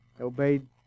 obeyed